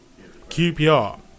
QPR